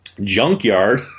Junkyard